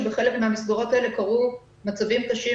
שבחלק מן המסגרות האלה קרו מצבים קשים